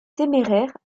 téméraire